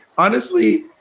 honestly,